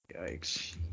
Yikes